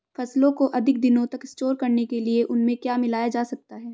फसलों को अधिक दिनों तक स्टोर करने के लिए उनमें क्या मिलाया जा सकता है?